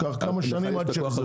ייקח כמה שנים עד שהם יחזרו.